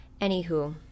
anywho